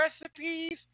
recipes